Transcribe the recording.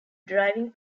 driving